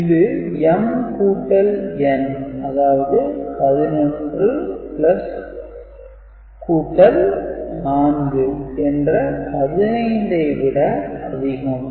இது m கூட்டல் n அதாவது 114 என்ற 15 ஐ விட அதிகம்